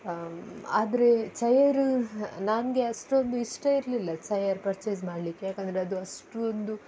ಆದರೆ ಚೇಯರ ನನಗೆ ಅಷ್ಟೊಂದು ಇಷ್ಟ ಇರಲಿಲ್ಲ ಚೇಯರ್ ಪರ್ಚೇಸ್ ಮಾಡಲಿಕ್ಕೆ ಏಕೆಂದ್ರೆ ಅದು ಅಷ್ಟು ಒಂದು